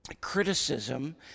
criticism